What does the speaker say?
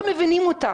לא מבינים אותה,